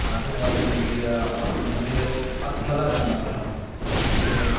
auto والے مل گیا اور مجھے ارتھلا جانا تھا چونکہ